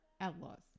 outlaws